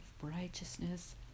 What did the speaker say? righteousness